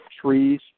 trees